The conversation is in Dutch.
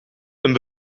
een